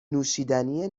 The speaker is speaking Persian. نوشیدنی